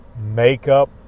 makeup